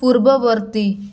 ପୂର୍ବବର୍ତ୍ତୀ